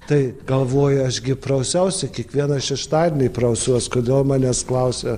tai galvoju aš gi prausiausi kiekvieną šeštadienį prausiuos kodėl manęs klausia